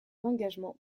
engagement